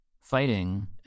fighting